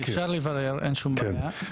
אפשר לברר, אין שום בעיה.